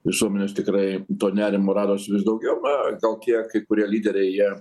visuomenės tikrai to nerimo radosi vis daugiau na gal tie kai kurie lyderiai jie